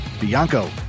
Bianco